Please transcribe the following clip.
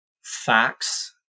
facts